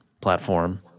platform